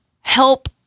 help